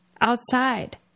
outside